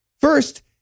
First